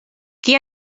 qui